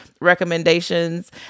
recommendations